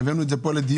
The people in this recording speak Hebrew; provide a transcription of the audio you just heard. הבאנו את זה פה לדיון.